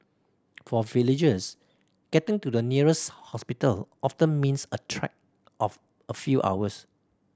for villagers getting to the nearest hospital often means a trek of a few hours